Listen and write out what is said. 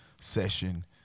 session